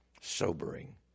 sobering